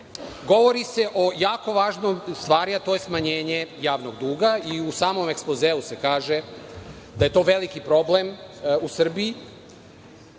govori se o jako važnom, u stvari, a to je smanjenje javnog duga i u samom ekspozeu se kaže da je to veliki problem u Srbiji